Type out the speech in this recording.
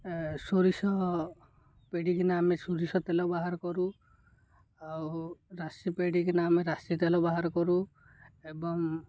ସୋରିଷ ପେଡ଼ିକିନା ଆମେ ସୋରିଷ ତେଲ ବାହାର କରୁ ଆଉ ରାଶି ପେଡ଼ିକିନା ଆମେ ରାଶି ତେଲ ବାହାର କରୁ ଏବଂ